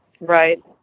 Right